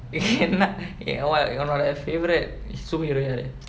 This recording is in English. என்ன உன்னோட:enna unnoda favourite superhero யாரு:yaaru